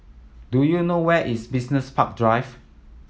do you know where is Business Park Drive